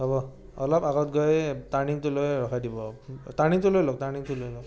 হ'ব অলপ আগত গৈ টাৰ্ণিংটো লৈ ৰখাই দিব টাৰ্ণিংটো লৈ লওক টাৰ্ণিংটো লৈ লওক